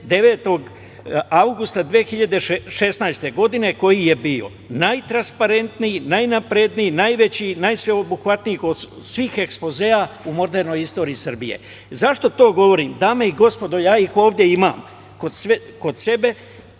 9. avgusta 2016. godine, koji je bio najtransparetniji, najveći, najsveobuhvatniji od svih ekspozea u modernoj istoriji Srbije.Zašto to govorim? Dame i gospodo, ja ih ovde imam kod sebe,